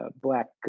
Black